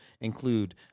include